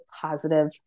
positive